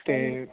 ਤੇ